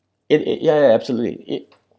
it it ya ya absolutely it